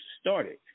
started